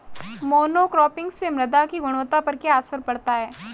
Monocropping से मृदा की गुणवत्ता पर क्या असर पड़ता है?